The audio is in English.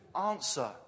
answer